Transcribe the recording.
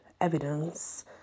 evidence